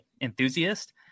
enthusiast